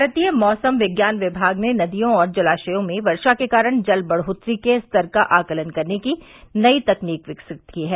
भारतीय मैसम विज्ञान किमाग ने नदियों और जलाशयों में वर्षा के कारण जल बढ़ोत्तरी के स्तर का आकलन करने की नई तकनीक विकसित की है